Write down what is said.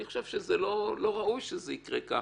אני חושב שלא ראוי שזה יקרה ככה.